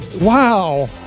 Wow